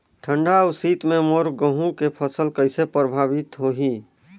ठंडा अउ शीत मे मोर गहूं के फसल कइसे प्रभावित होही?